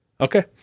Okay